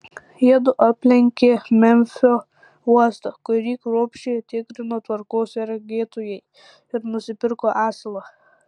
jiedu aplenkė memfio uostą kurį kruopščiai tikrino tvarkos sergėtojai ir nusipirko asilą